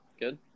good